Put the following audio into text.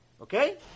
Okay